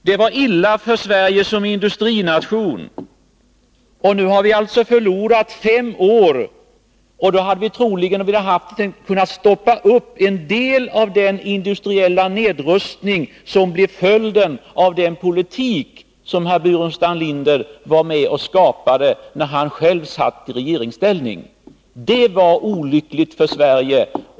Det var illa för Sverige som industrination. Nu har vi således förlorat fem år. Under den tiden hade vi troligen kunnat stoppa upp en del av den industriella nedrustning som blev följden av den politik som herr Burenstam Linder var med om att skapa när han själv var i regeringsställning. Det var olyckligt för Sverige.